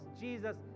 Jesus